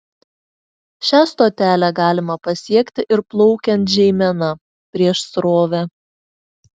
šią stotelę galima pasiekti ir plaukiant žeimena prieš srovę